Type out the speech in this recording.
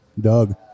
Doug